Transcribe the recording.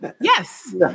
Yes